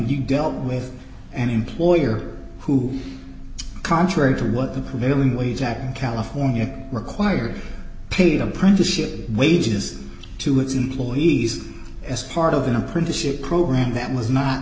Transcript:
you dealt with an employer who contrary to what the prevailing wage act in california required paid apprenticeship wages to its employees as part of an apprenticeship program that was not